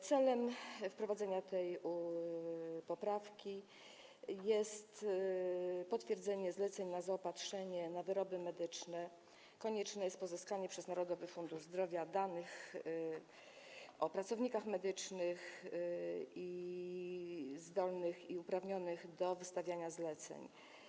Celem wprowadzenia tej poprawki jest ustalenie, że dla potwierdzenia zlecenia na zaopatrzenie w wyroby medyczne konieczne jest pozyskanie przez Narodowy Fundusz Zdrowia danych o pracownikach medycznych zdolnych i uprawnionych do wystawiania zleceń.